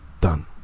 Done